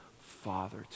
Father